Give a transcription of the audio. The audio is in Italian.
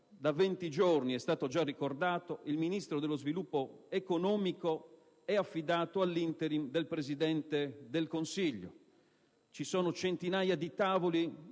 Da 20 giorni - è stato già ricordato - il Ministero dello sviluppo economico è affidato all'*interim* del Presidente del Consiglio. Ci sono centinaia di tavoli